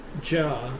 jar